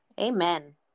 Amen